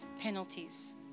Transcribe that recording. penalties